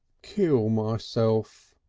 kill myself,